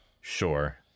Sure